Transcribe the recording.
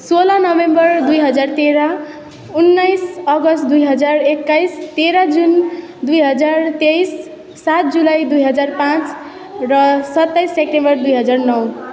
सोह्र नोभेम्बर दुई हजार तेह्र उन्नाइस अगस्त दुई हजार एक्काइस तेह्र जुन दुई हजार तेइस सात जुलाई दुई हजार पाँच र सत्ताइस सेप्टेम्बर दुई हजार नौ